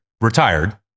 Retired